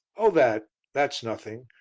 oh, that that's nothing.